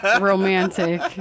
romantic